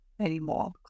anymore